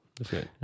Okay